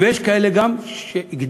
ויש כאלה גם שהגדילו,